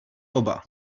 oba